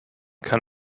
kann